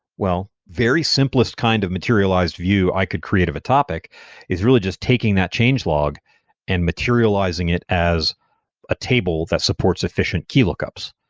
well, very simplest kind of materialized view. i could create of a topic is really just taking that change log and materializing it as a table that supports efficient key lookups.